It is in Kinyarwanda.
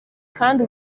kandi